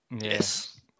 Yes